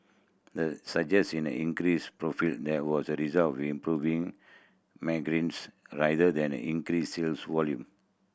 that suggests in the increase profit there was the result of improving rather than a increased sales volume